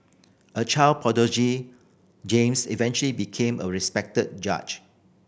a child prodigy James eventually became a respected judge